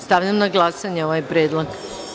Stavljam na glasanje ovaj predlog.